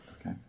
Okay